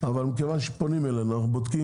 אבל מכיוון שפונים אלינו אנחנו בודקים